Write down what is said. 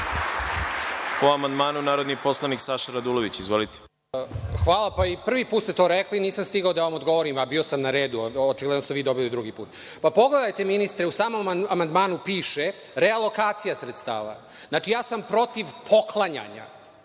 Po amandmanu, narodni poslanik Saša Radulović. Izvolite. **Saša Radulović** Hvala.I prvi put ste to rekli. Nisam stigao da vam odgovorim, a bio sam na redu. Očigledno ste vi dobili drugi put. Pogledajte ministre, u samom amandmanu piše – relokacija sredstava. Znači, ja sam protiv poklanjanja,